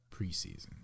preseason